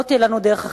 לא תהיה לנו דרך אחרת,